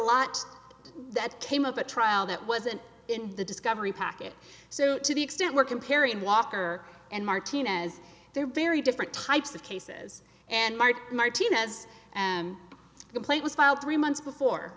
lot that came up at trial that wasn't in the discovery packet so to the extent we're comparing walker and martinez they're very different types of cases and mark martinez and the play was filed three months before